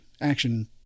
action